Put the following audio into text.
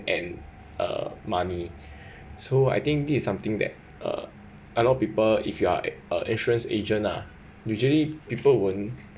and uh money so I think this is something that uh a lot of people if you are uh a insurance agent lah usually people won't